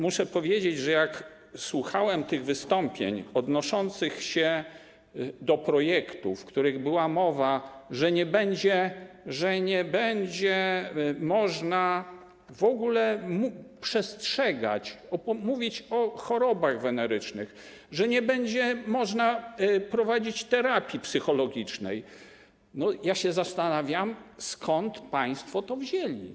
Muszę powiedzieć, że jak wysłuchałem tych wystąpień odnoszących się do projektu, w których była mowa o tym, że nie będzie można w ogóle przestrzegać, mówić o chorobach wenerycznych, że nie będzie można prowadzić terapii psychologicznej, to zastanawiam się, skąd państwo to wzięli.